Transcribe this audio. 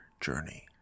journey